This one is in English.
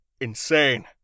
insane